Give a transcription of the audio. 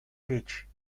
речь